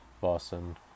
Boston